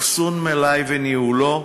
אחסון מלאי וניהולו,